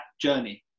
journey